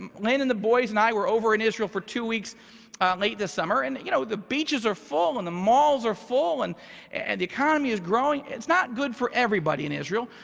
um lynn and the boys and i were over in israel for two weeks late this summer, and you know the beaches are full and the malls are full and and the economy is growing. it's not good for everybody in israel,